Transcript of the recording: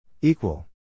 Equal